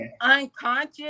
unconscious